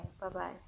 bye-bye